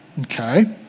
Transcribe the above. Okay